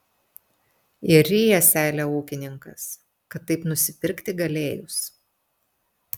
ir ryja seilę ūkininkas kad taip nusipirkti galėjus